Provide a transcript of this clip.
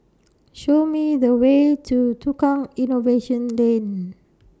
Show Me The Way to Tukang Innovation Lane